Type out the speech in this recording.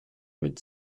with